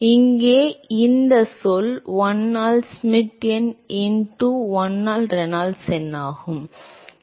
எனவே இங்கே இந்த சொல் 1 ஆல் ஷ்மிட் எண் இண்டு 1 ஆல் ரெனால்ட்ஸ் எண்ணாகும்